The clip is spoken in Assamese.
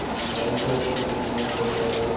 আমাৰ অইল গেছ কোম্পানীও আছে তেলৰ